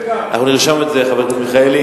אנחנו נרשום את זה, חבר הכנסת מיכאלי.